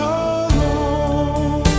alone